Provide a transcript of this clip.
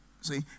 See